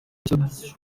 bishya